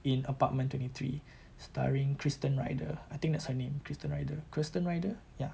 in apartment twenty three starring krysten ritter I think that's her name krysten ritter krysten ritter ya